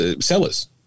sellers